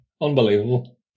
unbelievable